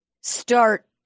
start